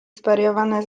zwariowane